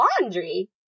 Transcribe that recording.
laundry